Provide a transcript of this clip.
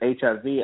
HIV